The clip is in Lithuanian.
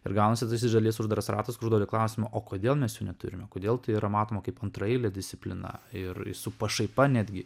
ir gaunasi iš dalies uždaras ratas kur užduodi klausimą o kodėl mes jo neturime kodėl tai yra matoma kaip antraeilė disciplina ir su pašaipa netgi